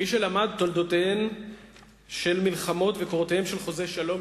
"מי שלמד את תולדותיהן של מלחמות ואת קורותיהם של חוזי שלום,